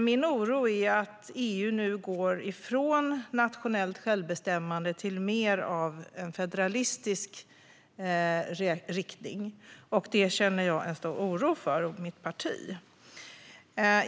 Min oro är att EU nu går från nationellt självbestämmande till att gå i en mer federalistisk riktning. Det känner jag och mitt parti en stor oro för.